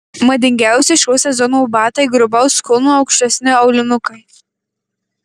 madingiausi šio sezono batai grubaus kulno aukštesni aulinukai